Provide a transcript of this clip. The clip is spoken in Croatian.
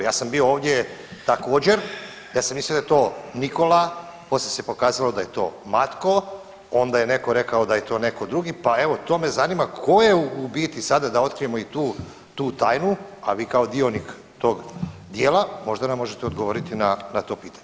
Ja sam bio ovdje također, ja sam mislio da je to Nikola, poslije se pokazalo da je to Matko, onda je netko rekao da je to netko drugi, pa evo to me zanima, tko je u biti sada da otkrijemo i tu tajnu, a vi kao dionik tog dijela možda nam možete odgovoriti na to pitanje.